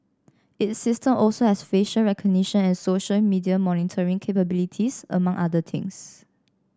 its system also has facial recognition and social media monitoring capabilities among other things